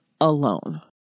alone